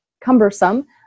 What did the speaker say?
cumbersome